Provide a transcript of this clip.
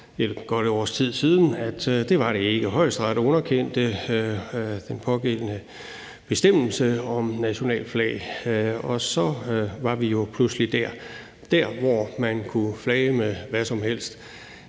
et års tid siden, at det var det ikke. Højesteret underkendte den pågældende bestemmelse om nationalflag, og så var vi jo pludselig der, hvor man kunne flage med hvad som helst.